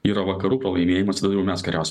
yra vakarų pralaimėjimas vėl jau mes kariausim